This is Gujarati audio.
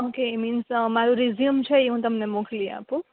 ઓકે મિન્સ મારું રીઝયુમ છે એ હું તમને મોકલી આપું